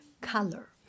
color